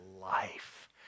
life